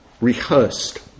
rehearsed